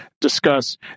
discuss